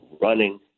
running